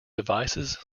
devices